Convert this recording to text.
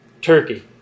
Turkey